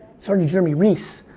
sergeant jeremy reese,